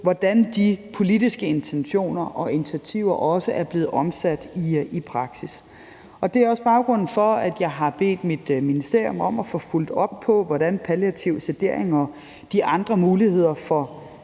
hvordan de politiske intentioner og initiativer er blevet omsat i praksis. Det er også baggrunden for, at jeg har bedt mit ministerium om at få fulgt op på, hvordan palliativ sedering og de andre muligheder for